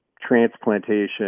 transplantation